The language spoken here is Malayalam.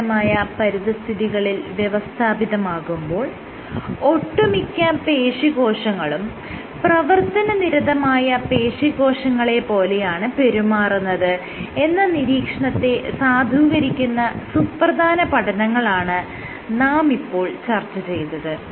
സമാനമായ പരിതസ്ഥിതികളിൽ വ്യവസ്ഥാപിതമാകുമ്പോൾ ഒട്ടുമിക്ക പേശീകോശങ്ങളും പ്രവർത്തനനിരതമായ പേശീകോശങ്ങളെ പോലെയാണ് പെരുമാറുന്നത് എന്ന നിരീക്ഷണത്തെ സാധൂകരിക്കുന്ന സുപ്രധാന പഠനങ്ങളാണ് നാം ഇപ്പോൾ ചർച്ച ചെയ്തത്